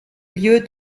lieu